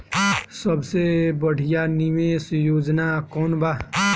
सबसे बढ़िया निवेश योजना कौन बा?